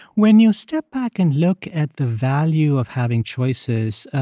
when you step back and look at the value of having choices,